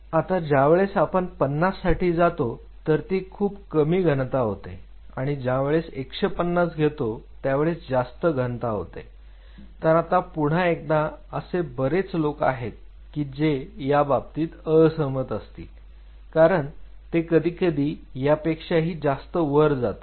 आता ज्या वेळेस आपण 50 साठी जातो तर ती खूप कमी घनता होते आणि ज्या वेळेस 150 घेतो त्यावेळेस जास्त घनता होते तर आता पुन्हा एकदा असे बरेच लोक आहेत की जे याबाबतीत असहमत असतील कारण ते कधीकधी यापेक्षाही जास्त वर जातात